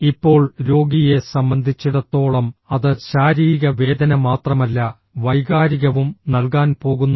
ഇപ്പോൾ രോഗിയെ സംബന്ധിച്ചിടത്തോളം അത് ശാരീരിക വേദന മാത്രമല്ല വൈകാരികവും നൽകാൻ പോകുന്നു